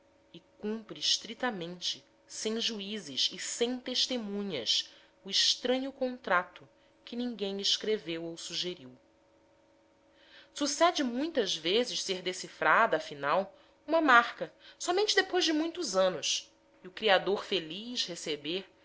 outro e cumpre estritamente sem juízes e sem testemunhas o estranho contrato que ninguém escreveu ou sugeriu sucede muitas vezes ser decifrada afinal uma marca somente depois de muitos anos e o criador feliz receber